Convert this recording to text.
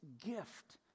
gift